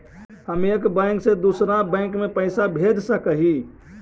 हम एक बैंक से दुसर बैंक में पैसा भेज सक हिय?